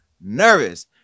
nervous